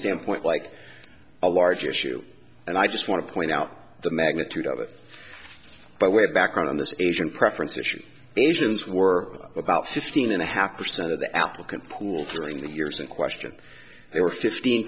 standpoint like a large issue and i just want to point out the magnitude of it by way of background on this asian preference issue asians were about fifteen and a half percent of the applicant pool during the years in question they were fifteen